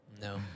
No